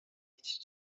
iki